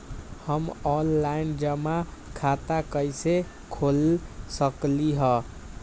हम ऑनलाइन जमा खाता कईसे खोल सकली ह?